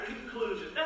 conclusion